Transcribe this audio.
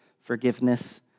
forgiveness